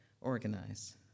organize